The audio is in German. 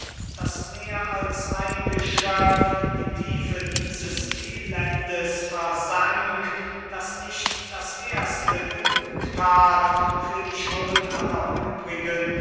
daß mehr als ein geschöpf in die tiefe dieses elendes versank daß nicht das erste genugthat für die schuld aller übrigen